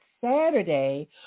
Saturday